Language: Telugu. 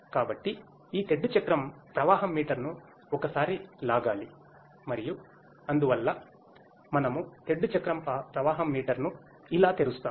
కాబట్టి ఈ తెడ్డు చక్రం ప్రవాహం మీటర్ను ఒక సారి లాగాలి మరియు అందువల్ల మనము తెడ్డు చక్రం ప్రవాహం మీటర్ను ఇలా తెరుస్తాము